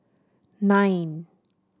nine